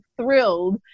thrilled